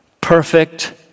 perfect